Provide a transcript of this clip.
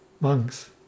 monks